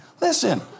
Listen